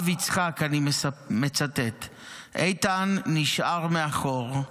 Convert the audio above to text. אני מצטט את האב יצחק: "איתן נשאר מאחור,